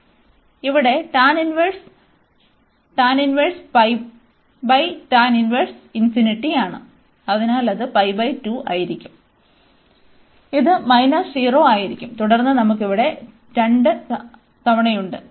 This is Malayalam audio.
അതിനാൽ ഇവിടെ tan inverse tan inverse pi tan inverse ഇൻഫിനിറ്റിയാണ് അതിനാൽ അത് ആയിരിക്കും ഇത് 0 ആയിരിക്കും തുടർന്ന് നമുക്ക് ഇവിടെ 2 തവണയുണ്ട്